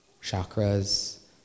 chakras